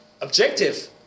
objective